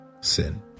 sin